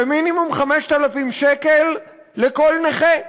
ומינימום 5,000 שקל לכל נכה.